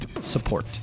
support